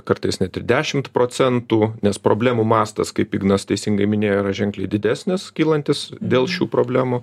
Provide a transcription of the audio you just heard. kartais net ir dešim procentų nes problemų mastas kaip ignas teisingai minėjo yra ženkliai didesnis kylantis dėl šių problemų